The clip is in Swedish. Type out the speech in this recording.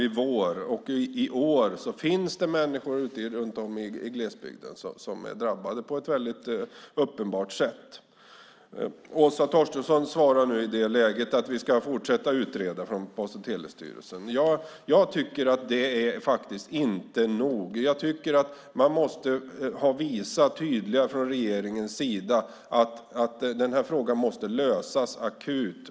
I år finns det människor runt om i glesbygden som är drabbade på ett mycket uppenbart sätt. Åsa Torstensson svarar i det läget att Post och telestyrelsen ska fortsätta att utreda. Jag tycker att det faktiskt inte är nog. Jag tycker att man måste visa tydligare från regeringens sida att den här frågan måste lösas akut.